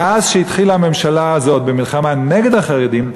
מאז התחילה הממשלה הזאת במלחמה נגד החרדים,